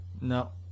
No